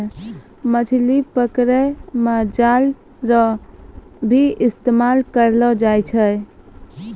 मछली पकड़ै मे जाल रो भी इस्तेमाल करलो जाय छै